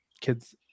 kids